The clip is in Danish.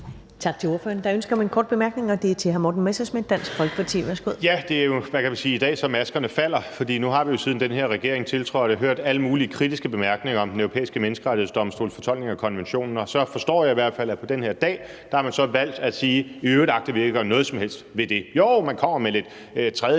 Tak til ordføreren. Der er ønske om en kort bemærkning, og det er fra hr. Morten Messerschmidt, Dansk Folkeparti. Kl. 12:43 Morten Messerschmidt (DF): Det er jo, hvad kan man sige, en dag, hvor maskerne falder i dag, for nu har vi, siden den her regering tiltrådte, hørt alle mulige kritiske bemærkninger om Den Europæiske Menneskerettighedsdomstols fortolkning af konventionen, og så forstår jeg i hvert fald, at man på den her dag har valgt at sige: I øvrigt agter vi ikke at gøre noget som helst ved det. Jo, man kommer med lidt